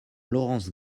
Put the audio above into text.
laurence